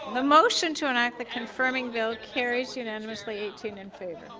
the motion to enact the confirming bill carries unanimously eighteen in favor.